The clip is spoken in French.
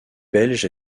belge